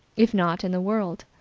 if not in the world.